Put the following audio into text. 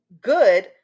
Good